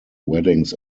weddings